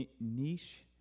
niche